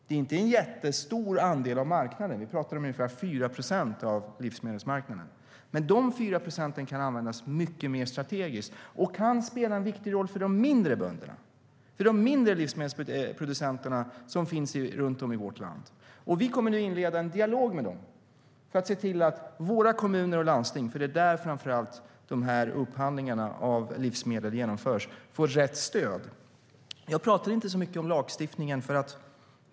Det är inte en jättestor andel av marknaden. Vi talar om ungefär 4 procent av livsmedelsmarknaden. Men de 4 procenten kan användas mycket mer strategiskt och kan spela en viktig roll för de mindre livsmedelsproducenterna som finns runt om i vårt land. Vi kommer nu att inleda en dialog med dem för att se till att våra kommuner och landsting, för det är framför allt där som upphandlingarna av livsmedel genomförs, får rätt stöd. Jag talar inte så mycket om lagstiftningen.